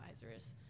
advisors